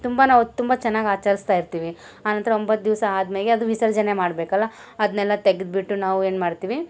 ತುಂಬ ನಾವು ತುಂಬ ಚೆನ್ನಾಗಿ ಆಚರಿಸ್ತಾ ಇರ್ತೀವಿ ಆನಂತರ ಒಂಬತ್ತು ದಿವಸ ಆದ್ಮ್ಯಾಲೆ ಅದು ವಿಸರ್ಜನೆ ಮಾಡಬೇಕಲ್ಲ ಅದನ್ನೆಲ್ಲ ತೆಗದು ಬಿಟ್ಟು ನಾವು ಏನು ಮಾಡ್ತೀವಿ